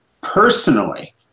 personally